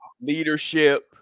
leadership